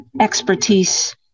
expertise